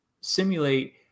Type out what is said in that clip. simulate